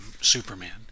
Superman